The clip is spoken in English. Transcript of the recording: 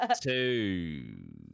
two